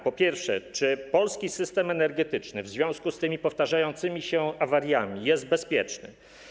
Po pierwsze, czy polski system energetyczny w związku z tymi powtarzającymi się awariami jest bezpieczny?